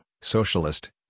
socialist